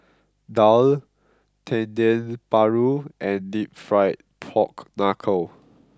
Daal Dendeng Paru and Deep Fried Pork Knuckle